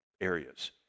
areas